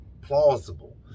plausible